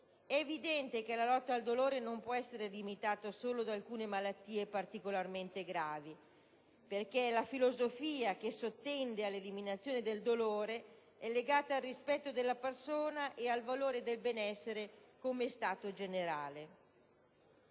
È evidente che la lotta al dolore non può essere limitata solo ad alcune malattie particolarmente gravi, perché la filosofia che sottende all'eliminazione del dolore è legata al rispetto della persona e al valore del benessere come stato generale.